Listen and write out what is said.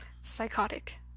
psychotic